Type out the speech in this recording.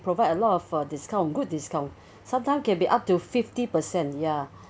provide a lot of uh discount good discount sometime can be up to fifty percent ya